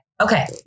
Okay